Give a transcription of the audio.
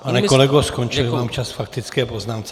Pane kolego, skončil vám čas k faktické poznámce.